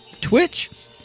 Twitch